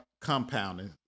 compounding